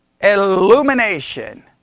illumination